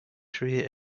career